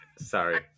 Sorry